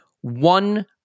one